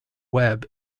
web